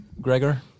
Gregor